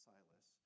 Silas